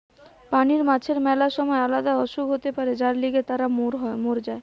পানির মাছের ম্যালা সময় আলদা অসুখ হতে পারে যার লিগে তারা মোর যায়